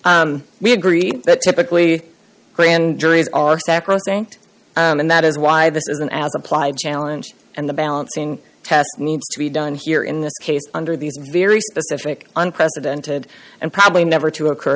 true we agree that typically grand juries are sacrosanct and that is why this is an as applied challenge and the balancing test needs to be done here in this case under these very specific unprecedented and probably never to occur